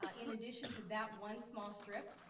ah in addition to that one small strip,